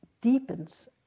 deepens